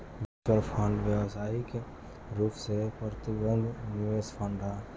mutual fund व्यावसायिक रूप से प्रबंधित निवेश फंड ह